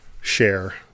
share